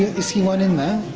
is he one in there?